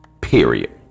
period